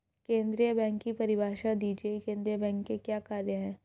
केंद्रीय बैंक की परिभाषा दीजिए केंद्रीय बैंक के क्या कार्य हैं?